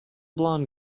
blond